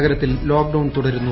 നഗരത്തിൽ ലോക്ഡൌൺ തുടരുന്നു